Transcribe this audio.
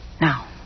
Now